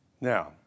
Now